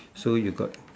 so you got